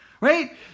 Right